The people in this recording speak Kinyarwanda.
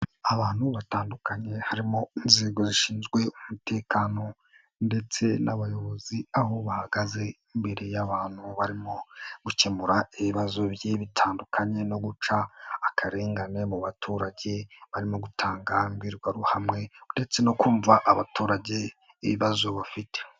Abantu batandukanye harimo inzego zishinzwe umutekano ndetse n'abayobozi aho bahagaze imbere y'abantu barimo gukemura ibibazo bigiye bitandukanye no guca akarengane mu baturage, barimo gutanga imbirwaruhamwe ndetse no kumva abaturage ibibazo bafite.